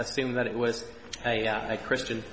assume that it was a christian